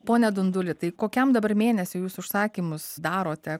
pone dunduli tai kokiam dabar mėnesiui jūs užsakymus darote